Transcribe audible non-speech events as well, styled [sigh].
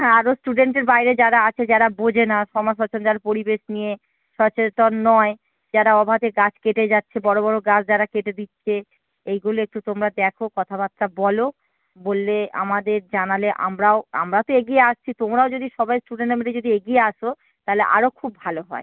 হ্যাঁ আরও স্টুডেন্টের বাইরে যারা আছে যারা বোঝে না সমাজ [unintelligible] পরিবেশ নিয়ে সচেতন নয় যারা অবাধে গাছ কেটে যাচ্ছে বড় বড় গাছ যারা কেটে দিচ্ছে এইগুলো একটু তোমরা দেখো কথাবার্তা বলো বললে আমাদের জানালে আমরাও আমরা তো এগিয়ে আসছি তোমরাও যদি সবাই স্টুডেন্টরা মিলে যদি এগিয়ে আসো তাহলে আরও খুব ভালো হয়